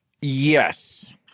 Yes